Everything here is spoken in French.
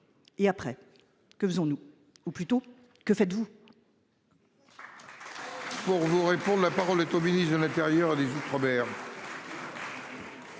Et après, que faisons-nous. Ou plutôt, que faites-vous.